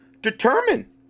determine